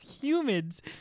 humans